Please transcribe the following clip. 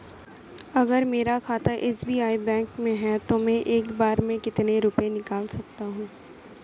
अगर मेरा खाता एस.बी.आई बैंक में है तो मैं एक बार में कितने रुपए निकाल सकता हूँ?